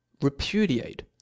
repudiate